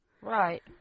Right